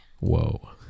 Whoa